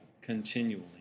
continually